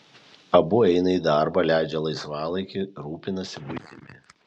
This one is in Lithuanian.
abu eina į darbą leidžia laisvalaikį rūpinasi buitimi